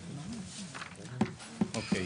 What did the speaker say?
אוקיי.